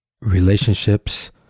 Relationships